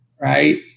right